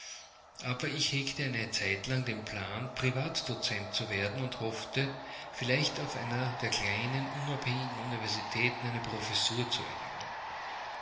aber ich hegte eine zeitlang den plan privatdozent zu werden und hoffte vielleicht auf einer der kleineren unabhängigen universitäten eine professur zu erlangen